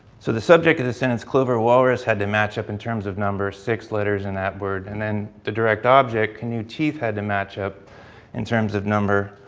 so, the subject of the sentence clover walrus had to match up in terms of numbers, six letters in that word and then the direct object, canoe teeth had to match up in terms of number.